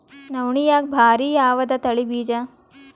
ನವಣಿಯಾಗ ಭಾರಿ ಯಾವದ ತಳಿ ಬೀಜ?